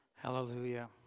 Hallelujah